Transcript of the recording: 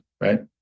Right